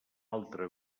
altra